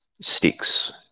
sticks